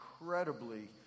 incredibly